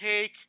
take